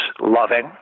loving